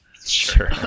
Sure